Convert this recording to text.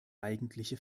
eigentliche